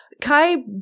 Kai